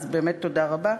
אז באמת תודה רבה.